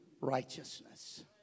righteousness